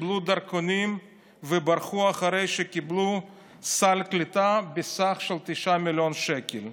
קיבלו דרכונים וברחו אחרי שקיבלו סל קליטה בסך 9 מיליון שקל.